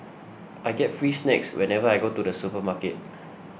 I get free snacks whenever I go to the supermarket